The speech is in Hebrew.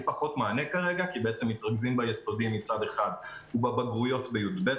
פחות מענה כי בעצם מתרכזים ביסודי מצד אחד ובבגרויות בי"ב,